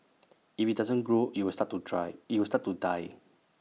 if IT doesn't grow IT will start to try IT will start to die